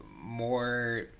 more